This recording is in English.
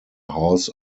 house